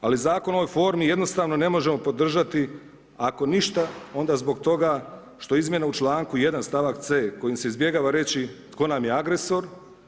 Ali, zakon o ovoj formi jednostavno ne možemo podržati, ako ništa, onda zbog toga što izmjene u članku 1. stavak C kojim se izbjegava reći tko nam je agresor.